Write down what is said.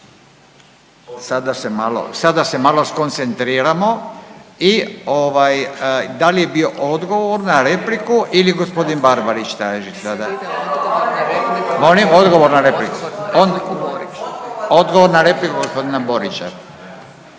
sada se malo skoncentriramo i ovaj da li je bio odgovor na repliku ili gospodin Barbarić daje sada? Molim, odgovor na repliku, odgovor na repliku gospodina Borića.